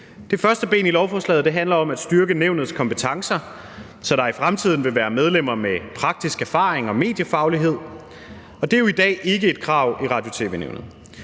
Det første ben i lovforslaget handler om at styrke nævnets kompetencer, så der i fremtiden vil være medlemmer med praktisk erfaring og mediefaglighed. Det er jo i dag ikke et krav i Radio- og tv-nævnet.